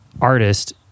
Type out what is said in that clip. artist